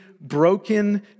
broken